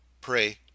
Pray